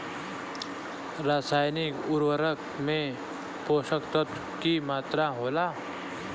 रसायनिक उर्वरक में पोषक तत्व की मात्रा होला?